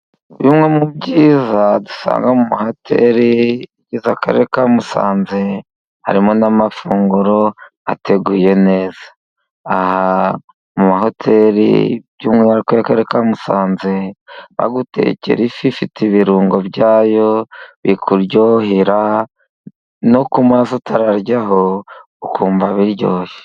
Bimwe mu byiza dusanga mu hoteri z'akarere ka Musanze， harimo n'amafunguro ateguye neza. Mu mahoteri by'umwihariko akarere ka Musanze，bagutekera ifi ifite ibirungo byayo， bikuryohera no ku maso utararyaho，ukumva biryoshye.